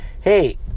hey